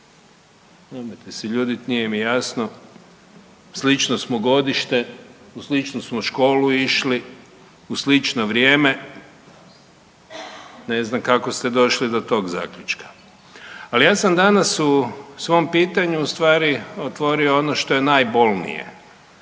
Nemojte se ljutiti nije mi jasno. Slično smo godište, u sličnu smo školu išli, u slično vrijeme ne znam kako ste došli do tog zaključka. Ali ja sam danas u svom pitanju ustvari otvorio ono što je najbolnije,